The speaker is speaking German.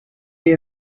die